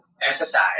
exercise